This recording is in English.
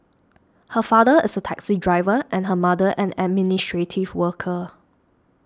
her father is a taxi driver and her mother an administrative worker